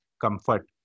comfort